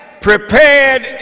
prepared